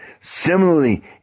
Similarly